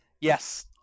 Yes